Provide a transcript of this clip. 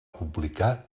publicar